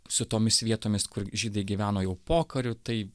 su tomis vietomis kur žydai gyveno jau pokariu tai